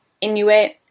Inuit